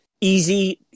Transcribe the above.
easy